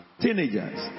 teenagers